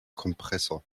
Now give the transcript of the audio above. kompressor